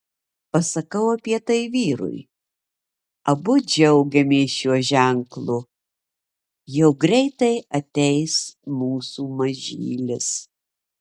pasakau apie tai vyrui abu džiaugiamės šiuo ženklu jau greitai ateis mūsų mažylis